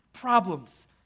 problems